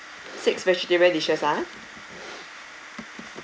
six vegetarian dishes ah